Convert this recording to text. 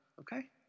Okay